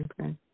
Okay